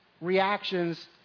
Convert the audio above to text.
reactions